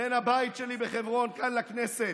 בין הבית שלי בחברון לכאן, לכנסת,